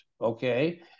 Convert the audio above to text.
Okay